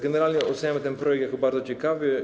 Generalnie oceniamy ten projekt jako bardzo ciekawy.